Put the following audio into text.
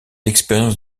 l’expérience